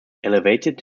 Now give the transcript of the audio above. elevated